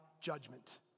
judgment